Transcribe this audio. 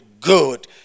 good